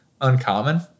uncommon